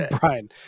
Brian